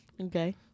Okay